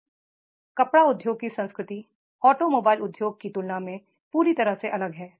इसलिए कपड़ा उद्योग की संस्कृति ऑटोमोबाइल उद्योग की तुलना में पूरी तरह से अलग है